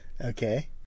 Okay